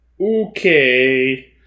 Okay